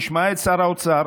נשמע את שר האוצר.